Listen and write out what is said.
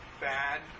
bad